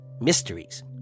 Mysteries